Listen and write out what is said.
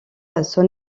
son